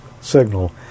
signal